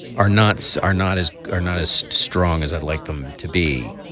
are nots are not as are not as strong as i'd like them to be